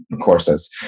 courses